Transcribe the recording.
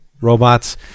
robots